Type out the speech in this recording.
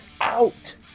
out